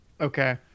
Okay